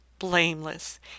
blameless